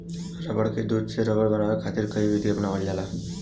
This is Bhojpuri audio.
रबड़ के दूध से रबड़ बनावे खातिर कई विधि अपनावल जाला